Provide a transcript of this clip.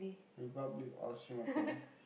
Republic of Singapore